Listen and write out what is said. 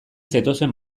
zetozen